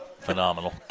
phenomenal